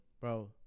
bro